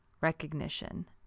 recognition